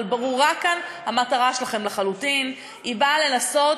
אבל כאן המטרה שלכם ברורה לחלוטין, היא באה לנסות,